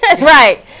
Right